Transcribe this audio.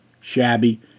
shabby